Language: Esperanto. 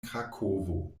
krakovo